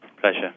Pleasure